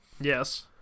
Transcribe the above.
Yes